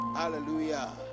hallelujah